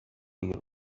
روبرو